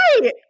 Right